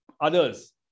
others